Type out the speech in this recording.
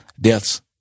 deaths